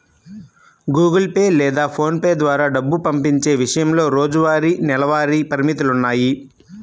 Google Pay లేదా పోన్ పే ద్వారా డబ్బు పంపించే విషయంలో రోజువారీ, నెలవారీ పరిమితులున్నాయి